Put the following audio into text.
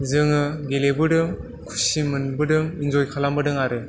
जोङो गेलेबोदों खुसि मोनबोदों इनजय खालामबोदों आरो